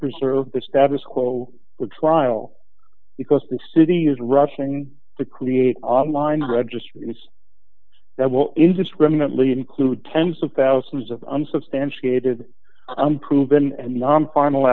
preserve the status quo for trial because the city is rushing to create online registries that will indiscriminately include tens of thousands of unsubstantiated unproven